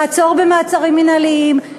לעצור במעצרים מינהליים,